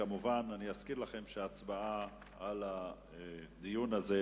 אני כמובן אזכיר לכם שההצבעה על הדיון הזה,